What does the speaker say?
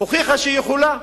הוכיחה שהיא יכולה,